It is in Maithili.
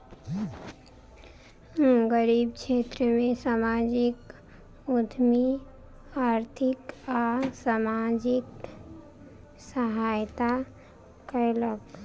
गरीब क्षेत्र में सामाजिक उद्यमी आर्थिक आ सामाजिक सहायता कयलक